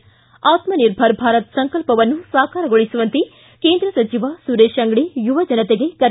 ಿ ಆತ್ಮಿನಿರ್ಭರ ಭಾರತ ಸಂಕಲ್ಪವನ್ನು ಸಾಕಾರಗೊಳಿಸುವಂತೆ ಕೇಂದ್ರ ಸಚಿವ ಸುರೇಶ ಅಂಗಡಿ ಯುವಜನತೆಗೆ ಕರೆ